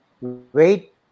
wait